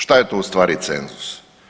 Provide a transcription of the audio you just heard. Šta je to u stvari cenzus?